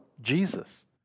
Jesus